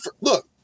look